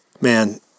man